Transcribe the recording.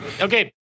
Okay